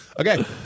Okay